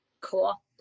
Cool